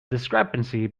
discrepancy